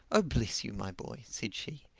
oh, bless you, my boy, said she,